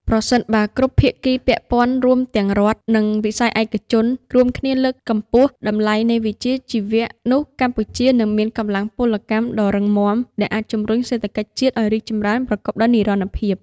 ប្រសិនបើគ្រប់ភាគីពាក់ព័ន្ធ រួមទាំងរដ្ឋ និងវិស័យឯកជន រួមគ្នាលើកកម្ពស់តម្លៃនៃវិជ្ជាជីវៈ នោះកម្ពុជានឹងមានកម្លាំងពលកម្មដ៏រឹងមាំ ដែលអាចជម្រុញសេដ្ឋកិច្ចជាតិឱ្យរីកចម្រើនប្រកបដោយនិរន្តរភាព។